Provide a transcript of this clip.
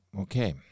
Okay